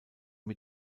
mit